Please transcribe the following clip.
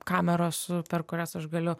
kameros per kurias aš galiu